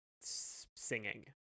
singing